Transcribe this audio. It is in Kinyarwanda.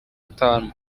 atanu